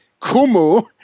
Kumu